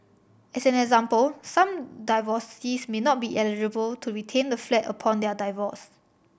as an example some divorcees may not be eligible to retain the flat upon their divorce